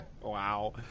Wow